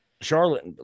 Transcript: charlotte